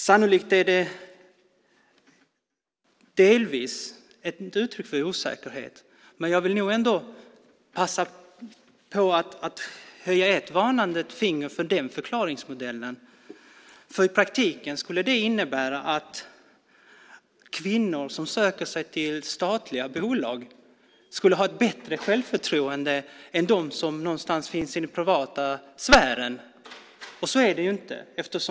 Sannolikt är det delvis ett uttryck för osäkerhet, men jag vill ändå passa på att höja ett varnande finger för den förklaringsmodellen. I praktiken skulle det innebära att kvinnor som söker sig till statliga bolag har bättre självförtroende än de som finns i den privata sfären. Så är det ju inte.